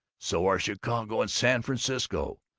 so are chicago and san francisco.